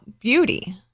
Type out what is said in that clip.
beauty